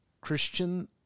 Christian